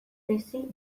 tesi